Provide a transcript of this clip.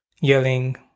yelling